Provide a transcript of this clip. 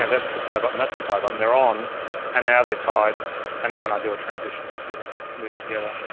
and that's the tie button, that's the tie button, they're on and now they're tied and now when i do a transition you'll see them move together.